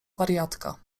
wariatka